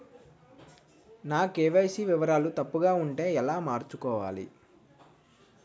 నా కే.వై.సీ వివరాలు తప్పుగా ఉంటే ఎలా మార్చుకోవాలి?